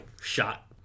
shot